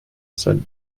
said